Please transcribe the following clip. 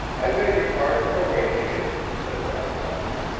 i beg your pardon for waking you, said jolly roger,